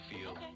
feel